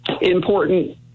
important